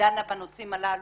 ודנה בנושאים הללו,